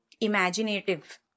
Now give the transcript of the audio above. imaginative